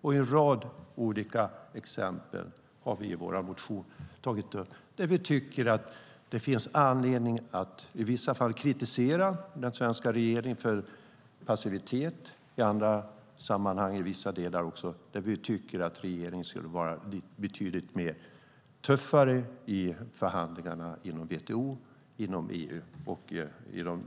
Vi har i vår motion tagit upp en rad olika exempel där vi tycker att det finns anledning att kritisera den svenska regeringen för passivitet och där vi i vissa delar tycker att regeringen skulle vara betydligt tuffare i förhandlingarna inom WTO, inom EU och i de